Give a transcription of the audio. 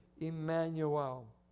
Emmanuel